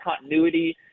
continuity